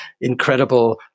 incredible